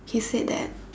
he said that